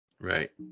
Right